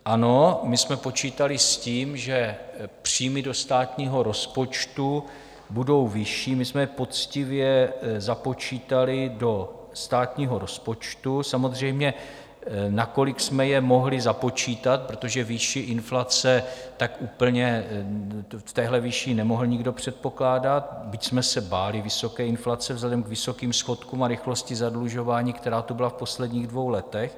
Ano, my jsme počítali s tím, že příjmy do státního rozpočtu budou vyšší, my jsme je poctivě započítali do státního rozpočtu samozřejmě nakolik jsme je mohli započítat, protože výši inflace tak úplně v této výši nemohl nikdo předpokládat, byť jsme se báli vysoké inflace vzhledem k vysokým schodkům a rychlosti zadlužování, která tu byla v posledních dvou letech.